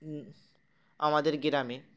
আমাদের গ্রামে